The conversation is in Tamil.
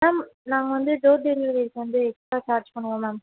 மேம் நாங்கள் வந்து டோர் டெலிவெரிக்கு வந்து எக்ஸ்ட்ரா சார்ஜ் பண்ணுவோம் மேம்